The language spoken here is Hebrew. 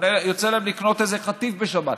יוצא להם לקנות איזה חטיף בשבת.